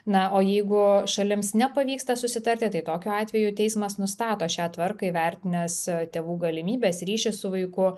na o jeigu šalims nepavyksta susitarti tai tokiu atveju teismas nustato šią tvarką įvertinęs tėvų galimybes ryšį su vaiku